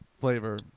flavor